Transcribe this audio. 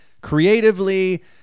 creatively